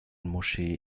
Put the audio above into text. moschee